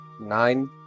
Nine